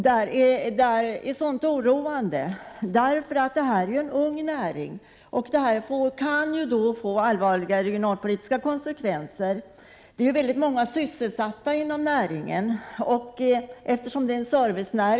Turistnäringen är en ung näring med väldigt många sysselsatta, och en momsbreddning skulle kunna få allvarliga regionalpolitiska konsekvenser. Eftersom det är fråga om en servicenäring får man också räkna med många följdeffekter.